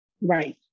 Right